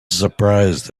surprised